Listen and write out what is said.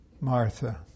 Martha